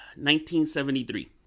1973